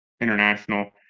International